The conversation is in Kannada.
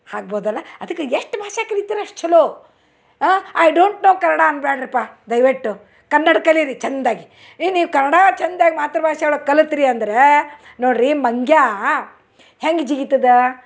ಆಗ್ಬೋದಲ ಅದಕ್ಕೆ ಎಷ್ಟು ಭಾಷೆ ಕಲೀತೀರ ಅಷ್ಟು ಚೊಲೋ ಹಾಂ ಐ ಡೋಂಟ್ ನೊ ಕನ್ನಡ ಅನ್ಬೇಡ್ರಿಪ್ಪ ದಯವಿಟ್ಟು ಕನ್ನಡ ಕಲೀರಿ ಚೆಂದಾಗಿ ಇನ್ನು ನೀವು ಕನ್ನಡ ಚೆಂದಾಗಿ ಮಾತೃಭಾಷೆ ಒಳಗೆ ಕಲಿತ್ರಿ ಅಂದ್ರೆ ನೋಡಿರಿ ಮಂಗ ಹೆಂಗೆ ಜಿಗಿತದೆ